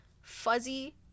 fuzzy